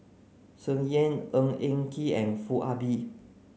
Tsung Yeh Ng Eng Kee and Foo Ah Bee